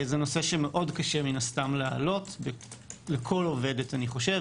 זה נושא שמאוד קשה לעלות לכל עובדת אני חושב,